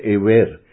aware